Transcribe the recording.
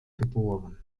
geboren